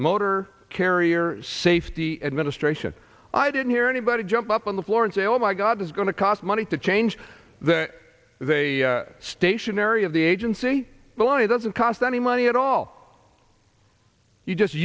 motor carrier safety administration i didn't hear anybody jump up on the floor and say oh my god it's going to cost money to change the stationery of the agency the line doesn't cost any money at all you just